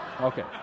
Okay